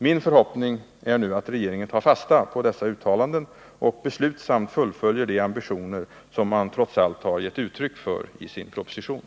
Min förhoppning är nu att regeringen tar fasta på dessa uttalanden och beslutsamt fullföljer de ambitioner som man trots allt har gett uttryck för i sin proposition.